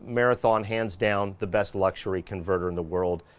marathon hands down the best luxury converter in the world.